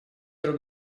друг